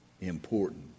important